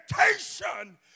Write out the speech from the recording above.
expectation